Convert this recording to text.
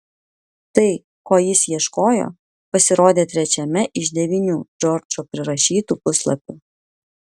tai ko jis ieškojo pasirodė trečiame iš devynių džordžo prirašytų puslapių